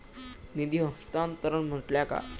निधी हस्तांतरण म्हटल्या काय?